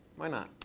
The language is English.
why not?